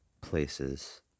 places